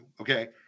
okay